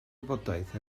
wybodaeth